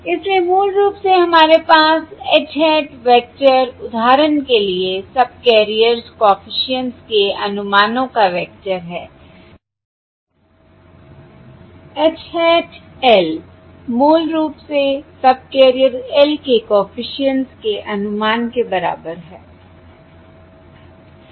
इसलिए मूल रूप से हमारे पास H hat वेक्टर उदाहरण के लिए सबकैरियर्स कॉफिशिएंट्स के अनुमानों का वेक्टर है H hat l मूल रूप से सबकैरियर l के कॉफिशिएंट्स के अनुमान के बराबर है